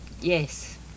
Yes